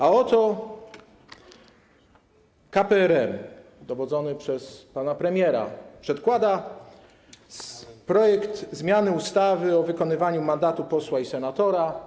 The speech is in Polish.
A oto KPRM dowodzony przez pana premiera przedkłada projekt zmiany ustawy o wykonywaniu mandatu posła i senatora.